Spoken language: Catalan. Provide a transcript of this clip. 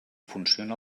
funciona